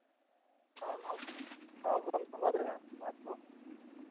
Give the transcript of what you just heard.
ह हऊ हाँ वह हम समझ रहे हैं आपकी बात को